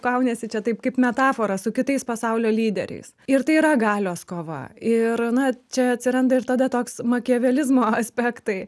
kauniesi čia taip kaip metafora su kitais pasaulio lyderiais ir tai yra galios kova ir na čia atsiranda ir tada toks makiavelizmo aspektai